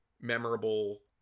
memorable